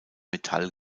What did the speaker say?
metall